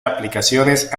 aplicaciones